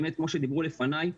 כמו שדיברו לפניי,